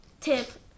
tip